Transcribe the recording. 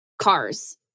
cars